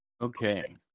Okay